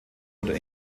oder